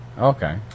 Okay